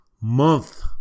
month